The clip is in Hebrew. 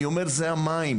אני אומר זה המים,